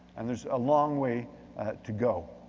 and there's a long way to go.